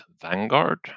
Vanguard